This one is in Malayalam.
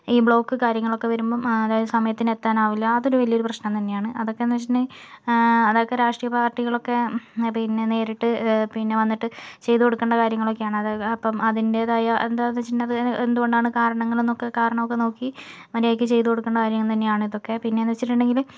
ഈ ബ്ലോക്ക് കാര്യങ്ങളൊക്കെ വരുമ്പം അതായത് സമയത്തിന് എത്താനാവില്ല അതൊരു വലിയൊരു പ്രശ്നം തന്നെയാണ് അതൊക്കെ എന്താന്ന് വച്ചിട്ടുണ്ടെങ്കിൽ അതൊക്കെ രാഷ്ട്രീയപാർട്ടികൾ ഒക്കെ പിന്നെ നേരിട്ട് പിന്നെ വന്നിട്ട് ചെയ്തു കൊടുക്കേണ്ട കാര്യങ്ങളൊക്കെയാണ് അത് അപ്പം അതിൻ്റെതായ എന്താന്ന് വെച്ചിട്ടുണ്ടെങ്കില് അത് എന്ത് കൊണ്ടാണ് കാരണങ്ങൾ എന്നൊക്കെ കാരണം ഒക്കെ നോക്കി മര്യാദക്ക് ചെയ്ത് കൊടുക്കേണ്ട കാര്യങ്ങൾ തന്നെയാണ് ഇതൊക്കെ പിന്നേന്ന് വെച്ചിട്ടുണ്ടെങ്കില്